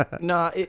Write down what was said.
No